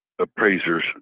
appraisers